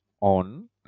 on